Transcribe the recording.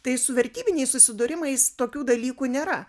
tai su vertybiniais susidūrimais tokių dalykų nėra